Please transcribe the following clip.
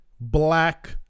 black